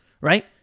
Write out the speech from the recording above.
right